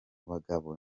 bagabo